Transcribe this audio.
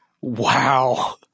Wow